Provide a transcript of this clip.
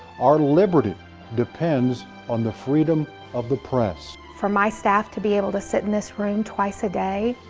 our liberty depends on the freedom of the press. for my staff to be able to sit in this room twice a day.